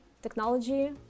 technology